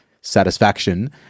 satisfaction